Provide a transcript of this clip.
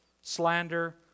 slander